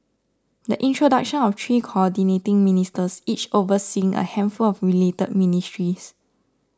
the introduction of three Coordinating Ministers each overseeing a handful of related ministries